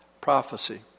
prophecy